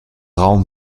raum